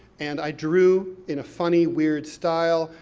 and i drew in a funny, weird style,